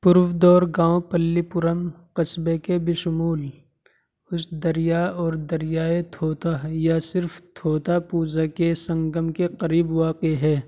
پرودور گاؤں پلی پورم قصبے کے بشمول اس دریا اور دریائے تھوتھا یا صرف تھوتھاپوجا کے سنگم کے قریب واقع ہے